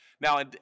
Now